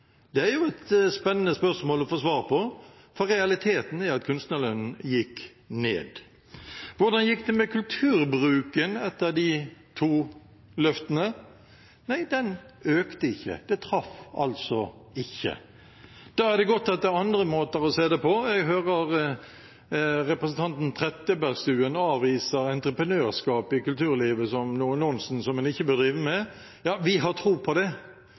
Det er et spennende spørsmål å få svar på, for realiteten er at kunstnerlønnen gikk ned. Hvordan gikk det med kulturbruken etter de to løftene? Nei, den økte ikke. Det traff altså ikke. Da er det godt det er andre måter å se det på. Jeg hører representanten Trettebergstuen avvise entreprenørskap i kulturlivet som noe nonsens en ikke bør drive med. Ja, vi har tro på det,